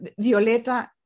Violeta